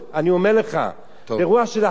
אני אומר לך ברוח של אחדות,